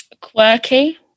Quirky